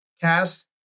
cast